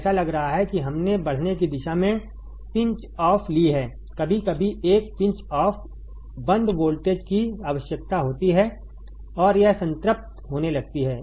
तो ऐसा लग रहा है कि हमने बढ़ने की दिशा में पिंच ऑफ ली है कभी कभी एक पिंच ऑफ बंद वोल्टेज की आवश्यकता होती है और यह संतृप्त होने लगती है